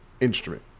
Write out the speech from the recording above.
instrument